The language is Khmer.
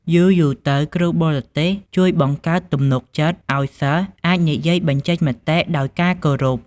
យូរៗទៅ គ្រូបរទេសជួយបង្កើតទំនុកចិត្តឲ្យសិស្សអាចនិយាយបញ្ចេញមតិដោយការគោរព។